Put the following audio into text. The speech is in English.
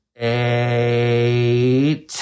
Eight